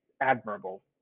admirable